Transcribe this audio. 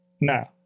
No